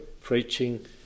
Preaching